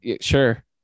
sure